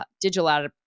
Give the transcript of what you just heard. digital